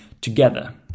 together